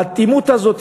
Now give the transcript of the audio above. האטימות הזאת,